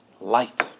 light